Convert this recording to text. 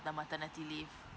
the maternity leave